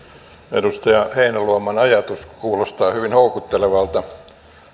edustaja heinäluoman ajatus kuulostaa hyvin houkuttelevalta